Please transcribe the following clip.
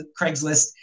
Craigslist